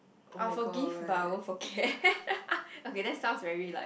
I'll forgive but I won't forget okay that's sounds very like